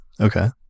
Okay